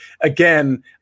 again